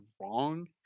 wrong